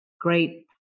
great